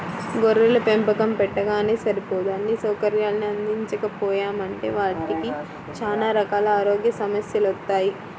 గొర్రెల పెంపకం పెట్టగానే సరిపోదు అన్నీ సౌకర్యాల్ని అందించకపోయామంటే వాటికి చానా రకాల ఆరోగ్య సమస్యెలొత్తయ్